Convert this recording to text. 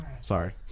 Sorry